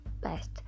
best